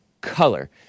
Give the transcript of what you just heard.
color